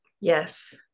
Yes